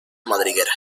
madriguera